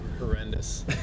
horrendous